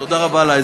תודה רבה על העזרה.